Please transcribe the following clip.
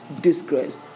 disgrace